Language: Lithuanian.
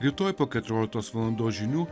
rytoj po keturioliktos valandos žinių